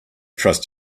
trust